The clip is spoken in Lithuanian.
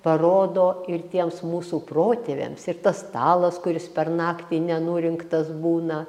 parodo ir tiems mūsų protėviams ir tas stalas kuris per naktį nenurinktas būna